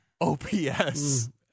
OPS